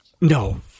No